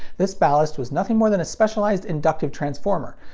this ballast was nothing more than a specialized inductive transformer,